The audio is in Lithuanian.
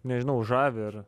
nežinau žavi ir